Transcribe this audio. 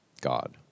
God